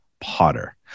Potter